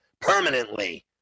permanently